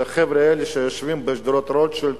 שהחבר'ה האלה שיושבים בשדרות-רוטשילד